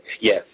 Yes